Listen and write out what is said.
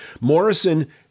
Morrison